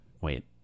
wait